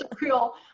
real